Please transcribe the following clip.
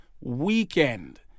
weekend